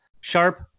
sharp